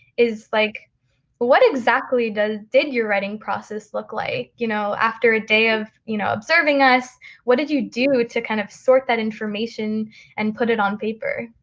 is like what exactly does did your writing process look like? you know, after a day of, you know, observing us what did you do to kind of sort that information and put it on paper?